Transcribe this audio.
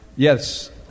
Yes